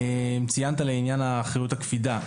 ציינת את עניין אחריות הקפידה.